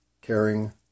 caring